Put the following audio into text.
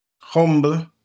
Humble